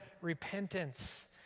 repentance